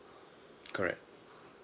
correct